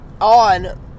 on